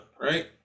right